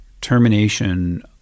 termination